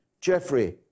Jeffrey